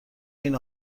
این